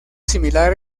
similar